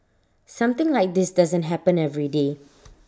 something like this doesn't happen every day